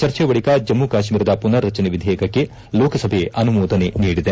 ಚರ್ಚೆಯ ಬಳಿಕ ಜಮ್ನು ಕಾಶ್ವೀರದ ಪುನರ್ರಚನೆ ವಿಧೇಯಕಕ್ಕೆ ಲೋಕಸಭೆ ಅನುಮೋದನೆ ನೀಡಿದೆ